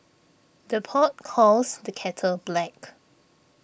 the pot calls the kettle black